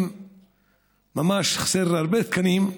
ממש חסרים הרבה תקנים.